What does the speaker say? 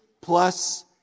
plus